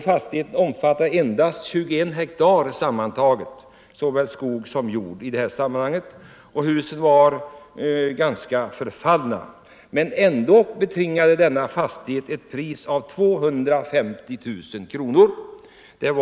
Fastigheten omfattar endast 21 hektar sammanlagt —- såväl skog som jord. Husen är ganska förfallna. Men ändå betingade denna fastighet ett pris av 250 000 kronor.